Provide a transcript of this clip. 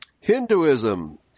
Hinduism